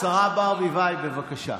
השרה ברביבאי, בבקשה.